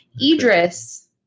Idris